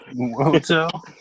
Hotel